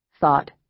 thought